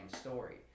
story